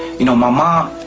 you know my mom.